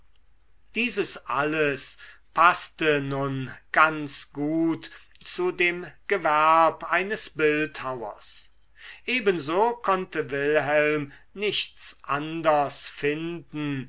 dieses alles paßte nun ganz gut zu dem gewerb eines bildhauers ebenso konnte wilhelm nichts anders finden